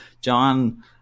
John